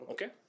Okay